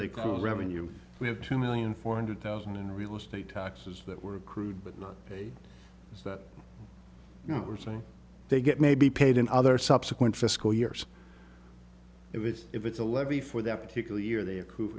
they call revenue we have two million four hundred thousand in real estate taxes that were accrued but not that we're saying they get maybe paid in other subsequent fiscal years if it's if it's a levy for that particular year they